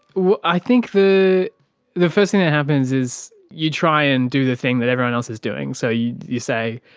i think the the first thing that happens is you try and do the thing that everyone else is doing, so you you say,